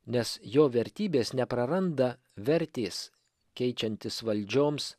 nes jo vertybės nepraranda vertės keičiantis valdžioms